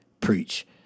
preach